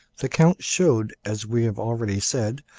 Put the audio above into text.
the count showed, as we have already said,